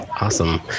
Awesome